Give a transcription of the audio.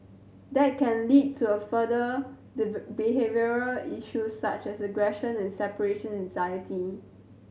that can lead to a further behavioural issues such as aggression and separation anxiety